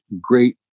great